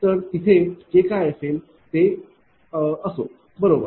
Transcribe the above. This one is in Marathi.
तर तिथे जे काय असेल ते असे बरोबर